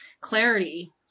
clarity